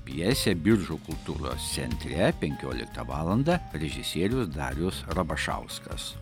pjesę biržų kultūros centre penkioliktą valandą režisierius darius rabašauskas